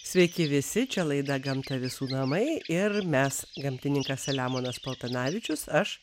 sveiki visi čia laida gamta visų namai ir mes gamtininkas selemonas paltanavičius aš